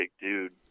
dude